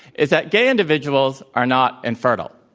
is that gay individuals are not infertile.